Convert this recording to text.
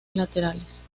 laterales